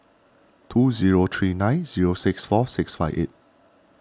two zero three nine zero six four six five eight